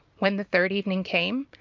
when the third evening came,